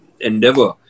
endeavor